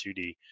2D